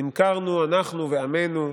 נמכרנו, אנחנו ועמנו,